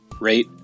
rate